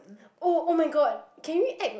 oh [oh]-my-god can we act